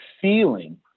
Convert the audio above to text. feeling